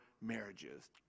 marriages